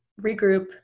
regroup